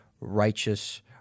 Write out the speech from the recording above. righteous